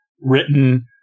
written